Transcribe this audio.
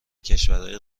کشورهای